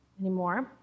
anymore